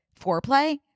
foreplay